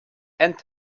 and